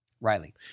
riley